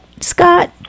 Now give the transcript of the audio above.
Scott